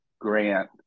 grant